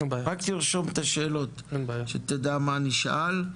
רק תרשום את השאלות שתדע מה נשאל.